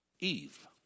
Eve